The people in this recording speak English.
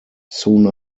soon